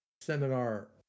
seminar